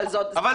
אבל זה חוק.